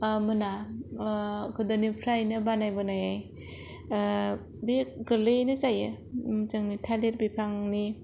मोना गोदोनिफ्रायनो बानायबोनाय बे गोरलैयैनो जायो जोंनि थालिर बिफांनि